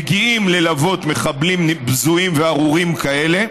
מגיעים ללוות מחבלים בזויים וארורים כאלה.